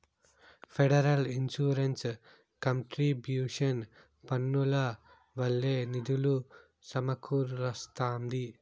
federal insurance contribution పన్నుల వల్లే నిధులు సమకూరస్తాంది